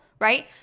Right